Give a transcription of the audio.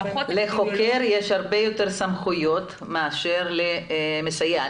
לחוקר יש הרבה יותר סמכויות מאשר למסייע.